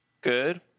good